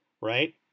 Right